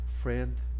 friend